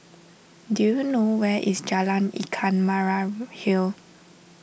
do you know where is Jalan Ikan Merah Hill